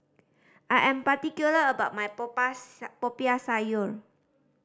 I am particular about my Popiah Sayur